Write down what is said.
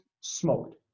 smoked